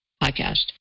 podcast